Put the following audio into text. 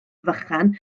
vychan